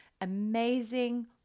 amazing